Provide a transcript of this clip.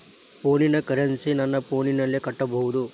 ಫೋನಿನ ಕರೆನ್ಸಿ ನನ್ನ ಫೋನಿನಲ್ಲೇ ಕಟ್ಟಬಹುದು?